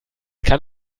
kann